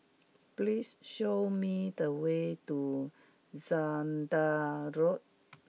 please show me the way to Zehnder Road